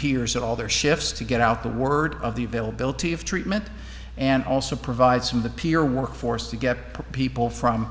peers in all their shifts to get out the word of the availability of treatment and also provide some of the peer workforce to get people from